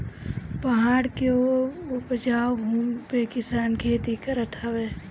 पहाड़ के उपजाऊ भूमि पे किसान खेती करत हवे